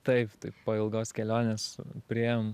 taip tai po ilgos kelionės priėjom